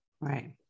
Right